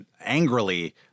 angrily